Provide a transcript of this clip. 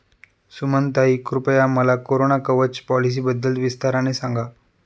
सुमनताई, कृपया मला कोरोना कवच पॉलिसीबद्दल विस्ताराने सांगा